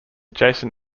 jason